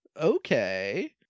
okay